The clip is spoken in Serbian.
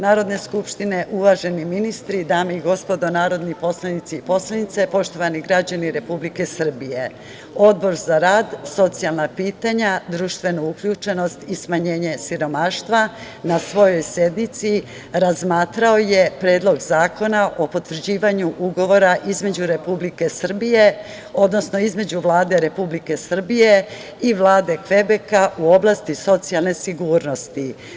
Uvaženi ministri, dame i gospodo narodni poslanici i poslanice, poštovani građani Republike Srbije, Odbor za rad i socijalna pitanja, društvenu uključenost i smanjenje siromaštva na svojoj sednici razmatrao je Predlog zakona o potvrđivanju Ugovora između Republike Srbije, odnosno između Vlade Republike Srbije i Vlade Kvebeka u oblasti socijalne sigurnosti.